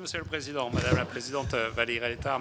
Monsieur le président, madame la présidente Valérie Létard,